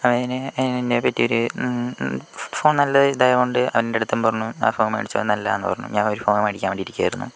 അവൻ എന്നെ പറ്റിയൊരു ഫോൺ നല്ല ഇതായതുകൊണ്ട് അവൻ എൻ്റെ അടുത്ത് പറഞ്ഞു ആ ഫോൺ മേടിച്ചോ നല്ലതാണെന്ന് പറഞ്ഞു ഞാൻ ഒരു ഫോൺ മേടിക്കാൻ വേണ്ടി ഇരിക്കുകയായിരുന്നു